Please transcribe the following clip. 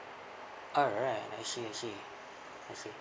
alright I see I see I see